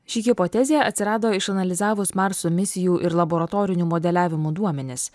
ši hipotezė atsirado išanalizavus marso misijų ir laboratorinių modeliavimų duomenis